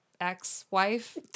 ex-wife